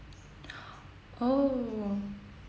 oh